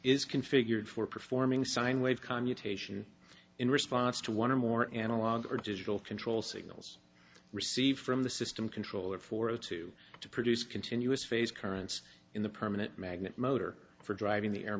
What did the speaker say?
is configured for performing sine wave commutation in response to one or more analog or digital control signals received from the system controller for the two to produce continuous phase currents in the permanent magnet motor for driving the air